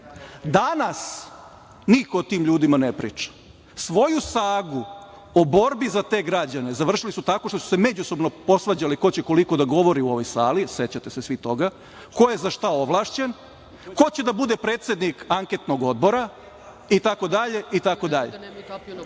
vlast. Danas niko o tim ljudima ne priča. Svoju sagu o borbi za te građane završili su tako što su se međusobno posvađali ko će koliko da govori u ovoj sali, sećate se svi toga, ko je za šta ovlašćen, ko će da bude predsednik Anketnog odbora itd,